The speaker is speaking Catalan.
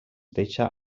deixa